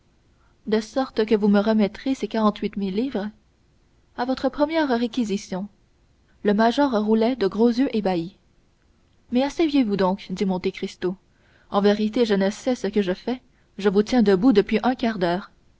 de sorte que vous me remettrez ces quarante-huit mille livres à votre première réquisition le major roulait de gros yeux ébahis mais asseyez-vous donc dit monte cristo en vérité je ne sais ce que je fais je vous tiens debout depuis un quart d'heure